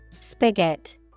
Spigot